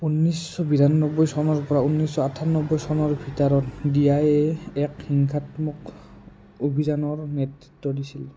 ঊনৈশ বিৰানব্বৈ চনৰপৰা ঊনৈশ আঠানব্বৈ চনৰ ভিতৰত ডি আই এ য়ে এক হিংসাত্মক অভিযানৰ নেতৃত্ব দিছিল